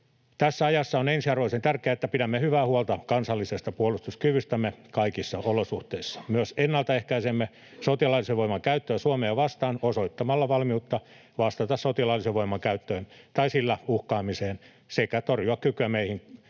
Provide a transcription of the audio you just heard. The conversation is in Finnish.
Tässä ajassa on ensiarvoisen tärkeää, että pidämme hyvää huolta kansallisesta puolustuskyvystämme kaikissa olosuhteissa. Me myös ennalta ehkäisemme sotilaallisen voiman käyttöä Suomea vastaan osoittamalla valmiutta vastata sotilaallisen voiman käyttöön tai sillä uhkaamiseen sekä kykyä torjua meihin